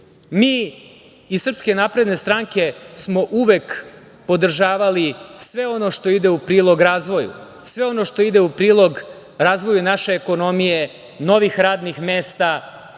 da su zaposlili ljude. Mi iz SNS smo uvek podržavali sve ono što ide u prilog razvoju, sve ono što ide u prilog razvoju naše ekonomije, novi radnih mesta